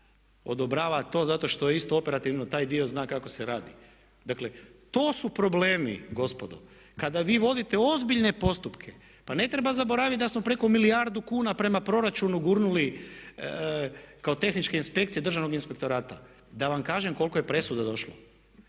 odobrava to zato što je isto operativno taj dio zna kako se radi. Dakle to su problemi gospodo kada vi vodite ozbiljne postupke. Pa ne treba zaboraviti da smo preko milijardu kuna prema proračunu gurnuli kao tehničke inspekcije državnog inspektorata. Da vam kažem koliko je presuda došlo?